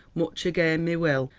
much again my will.